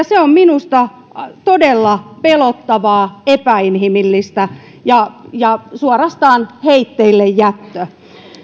se on minusta todella pelottavaa epäinhimillistä ja ja suorastaan heitteillejättöä